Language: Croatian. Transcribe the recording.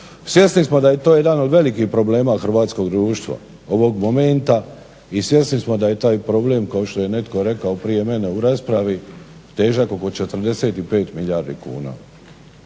Svjesni smo da je to jedan od velikih problema hrvatskog društva ovog momenta i svjesni smo da je taj problem kao što je netko rekao prije mene u raspravi, težak oko 45 milijardi kuna.